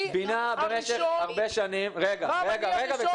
בינה ברשת הרבה שנים --- אני הראשון